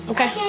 Okay